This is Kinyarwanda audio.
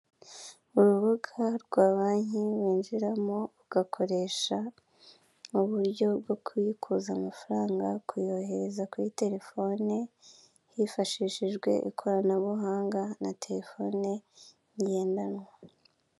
Urubuga rwa banki winjiramo ugakoresha uburyo bwo kubikuza amafaranga, kuyohereza kuri terefone hifashishijwe ikoranabuhanga na terefoni ngendanwa.